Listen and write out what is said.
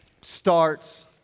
starts